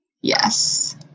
Yes